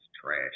trash